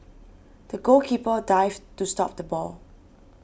the goalkeeper dived to stop the ball